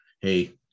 Hey